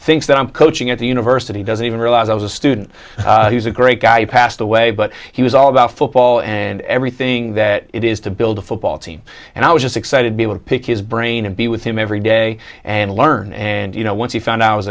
thinks that i'm coaching at the university doesn't even realize i was a student he's a great guy passed away but he was all about football and everything that it is to build a football team and i was just excited to be able to pick his brain and be with him every day and learn and you know once he found out